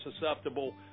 susceptible